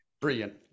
Brilliant